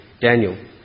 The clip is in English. Daniel